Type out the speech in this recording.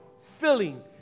filling